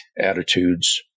attitudes